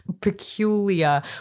peculiar